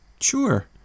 Sure